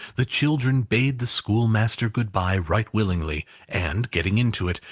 the children bade the schoolmaster good-bye right willingly and getting into it,